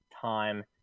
time